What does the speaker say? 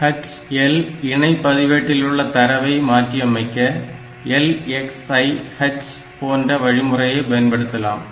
HL இணை பதிவேட்டிலுள்ள தரவை மாற்றியமைக்க LXI H போன்ற வழிமுறையை பயன்படுத்தலாம்